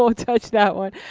ah touch that one.